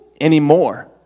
anymore